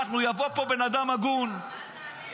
יבוא לפה בן אדם הגון --- של נעליך.